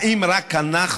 האם רק אנחנו,